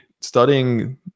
studying